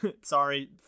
Sorry